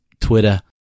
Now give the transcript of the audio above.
Twitter